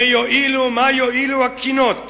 מה יועילו הקינות?